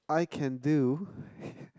I can do